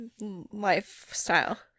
lifestyle